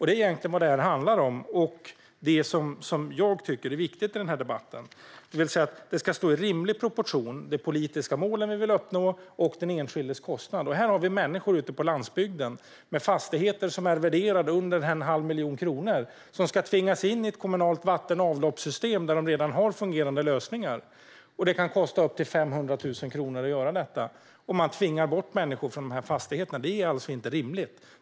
Det är egentligen vad detta handlar om och det jag tycker är viktigt i den här debatten: De politiska mål vi vill uppnå och den enskildes kostnad ska stå i proportion till varandra. Här har vi människor ute på landsbygden vars fastigheter är värderade till under en halv miljon kronor och som, trots att de redan har fungerande lösningar, ska tvingas in i ett kommunalt vatten och avloppssystem - vilket kan kosta upp till 500 000 kronor. Man tvingar bort människor från dessa fastigheter. Det är inte rimligt.